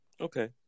Okay